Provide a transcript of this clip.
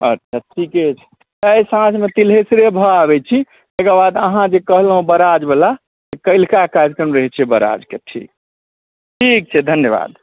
अच्छा ठीके छै आइ साँझमे तिलेश्वरे भऽ आबै छी तकर बाद अहाँ जे कहलहुँ बराजवला काल्हिका कार्यक्रम रहै छै बराजके ठीक ठीक छै धन्यवाद